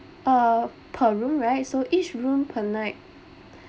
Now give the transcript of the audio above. uh per room right so each room per night